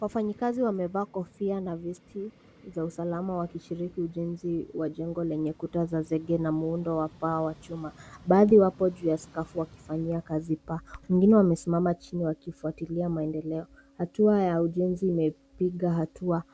Wafanyikazi wamevaa kofia na vesti za usalama wakishiriki ujenzi wa jengo lenye kuta za zege na muundo wa pawa chuma. Baadhi wapo juu ya sakafu wakifanyia kazi paa. Wengine wamesimama chini wakifuatilia maendeleo. Hatua ya ujenzi imepiga hatua,